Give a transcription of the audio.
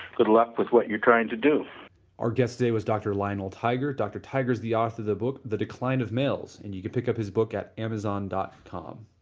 good luck with what you are trying to do our guest today was dr. lionel tiger. dr. tiger is the author of the book, the decline of males, and you can pick up his book at amazon dot com.